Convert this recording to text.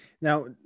now